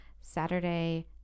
Saturday